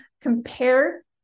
compare